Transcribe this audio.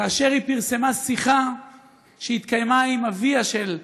כאשר הם פרסמו שיחה שהתקיימה בין אביה של קים,